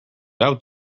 out